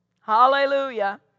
Hallelujah